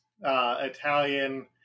italian